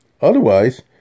otherwise